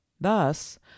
thus